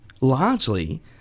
largely